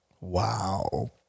Wow